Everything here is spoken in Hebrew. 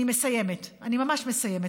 אני מסיימת, אני ממש מסיימת.